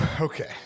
okay